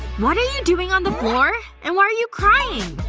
what are you doing on the floor? and why are you crying?